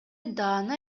даана